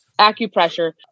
acupressure